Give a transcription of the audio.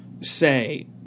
say